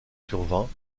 survint